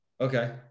okay